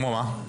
כמו מה?